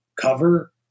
cover